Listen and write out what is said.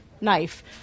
knife